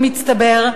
במצטבר,